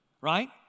right